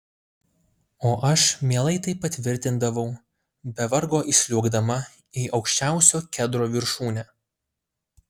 o aš mielai tai patvirtindavau be vargo įsliuogdama į aukščiausio kedro viršūnę